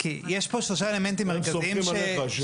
כי יש פה שלושה אלמנטים מרכזיים --- הם סומכים עליך.